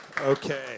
Okay